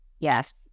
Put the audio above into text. Yes